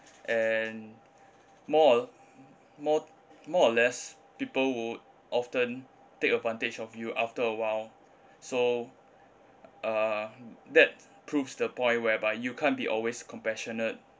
and more or more more or less people would often take advantage of you after awhile so uh that proves the point whereby you can't be always compassionate